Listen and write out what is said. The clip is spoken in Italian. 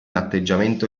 atteggiamento